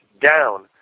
down